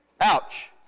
Ouch